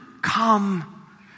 Come